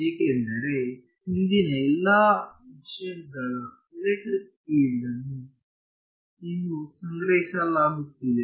ಏಕೆಂದರೆ ಹಿಂದಿನ ಎಲ್ಲಾ ಇನ್ಸ್ಟೆಂಟ್ ಗಳ ಎಲೆಕ್ಟ್ರಿಕ್ ಫೀಲ್ಡ್ ಅನ್ನು ಇನ್ನೂಸಂಗ್ರಹಿಸಲಾಗುತ್ತಿದೆ